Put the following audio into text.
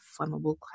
flammable